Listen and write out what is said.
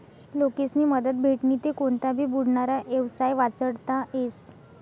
लोकेस्नी मदत भेटनी ते कोनता भी बुडनारा येवसाय वाचडता येस